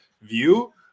view